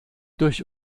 durch